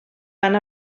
van